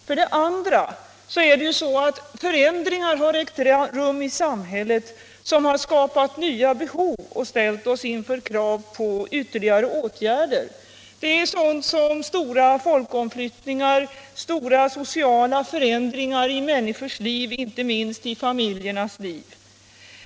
För det andra har förändringar ägt rum i samhället, vilka skapat nya behov och ställt oss inför krav på ytterligare åtgärder. Det gäller t.ex. stora folkomflyttningar och stora sociala förändringar i människors liv, inte minst i familjernas liv.